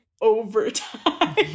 overtime